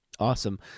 Awesome